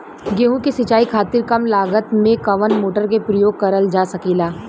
गेहूँ के सिचाई खातीर कम लागत मे कवन मोटर के प्रयोग करल जा सकेला?